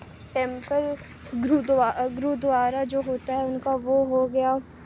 temple gurdwara جو ہوتا ہے ان کا وہ ہو گیا